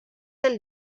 del